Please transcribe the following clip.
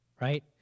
right